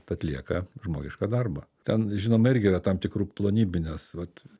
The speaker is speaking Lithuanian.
atlieka žmogišką darbą ten žinoma irgi yra tam tikrų plonybių nes vat